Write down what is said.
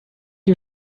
you